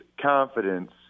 confidence